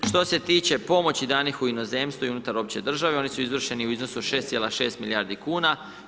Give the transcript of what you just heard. Što se tiče pomoći danih u inozemstvu i unutar opće države, oni su izvršeni u iznosu od 6,6 milijardi kuna.